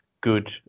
good